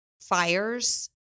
fires